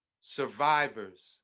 survivors